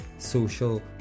social